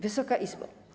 Wysoka Izbo!